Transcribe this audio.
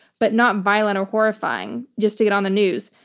but not violent or horrifying, just to get on the news.